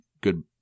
good